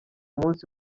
munsi